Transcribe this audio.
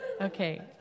Okay